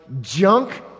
Junk